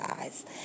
eyes